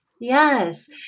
Yes